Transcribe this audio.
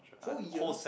whole year